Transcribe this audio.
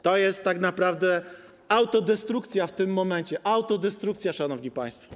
To jest tak naprawdę autodestrukcja w tym momencie, autodestrukcja, szanowni państwo.